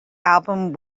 album